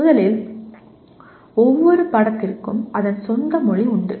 முதலில் ஒவ்வொரு பாடத்திற்கும் அதன் சொந்த மொழி உண்டு